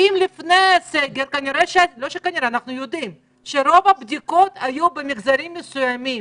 כי אנחנו יודעים שלפני הסגר רוב הבדיקות היו במגזרים מסוימים.